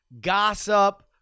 gossip